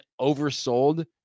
oversold